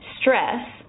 stress